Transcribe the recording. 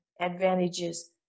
advantages